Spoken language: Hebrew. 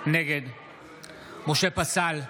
נגד משה פסל,